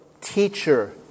teacher